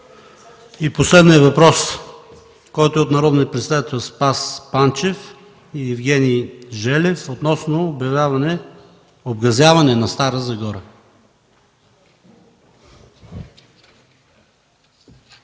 Последният въпрос е от народните представители Спас Панчев и Евгений Желев относно обгазяване на Стара Загора.